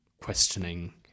questioning